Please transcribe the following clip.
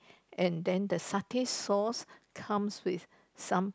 and then the satay sauce comes with some